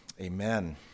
Amen